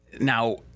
Now